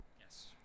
Yes